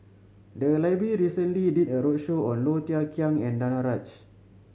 the library recently did a roadshow on Low Thia Khiang and Danaraj